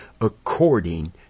according